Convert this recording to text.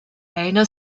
einer